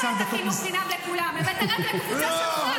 לא הבאת חינוך חינם לכולם, הבאת רק לקבוצה שלך.